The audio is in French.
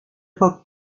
époques